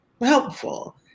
helpful